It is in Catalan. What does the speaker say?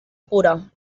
pura